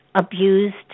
abused